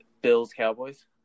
Bills-Cowboys